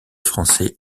français